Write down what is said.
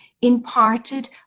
imparted